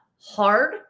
hard